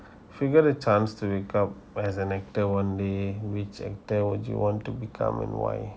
figured a times to wake up as an actor one day which actor will you want to become and why